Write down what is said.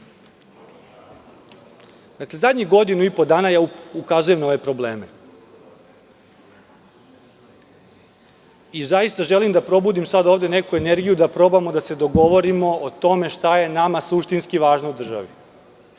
Poslednjih godinu i po dana ja ukazujem na ove probleme. Zaista želim da probudim, sada, ovde, neku energiju da probamo da se dogovorimo o tome šta je nama suštinski važno u državi.